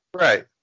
Right